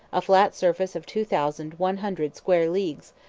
a flat surface of two thousand one hundred square leagues,